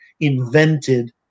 invented